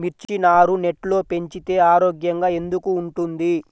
మిర్చి నారు నెట్లో పెంచితే ఆరోగ్యంగా ఎందుకు ఉంటుంది?